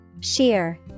Sheer